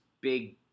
big